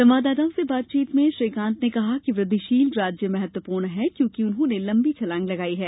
संवाददाताओं से बातचीत में श्री कांत ने कहा कि वृद्विशील राज्य महत्वपूर्ण हैं क्योंकि उन्होंने लम्बी छलांग लगाई है